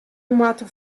moatte